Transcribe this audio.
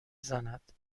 زند